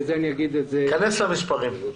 כנס למספרים.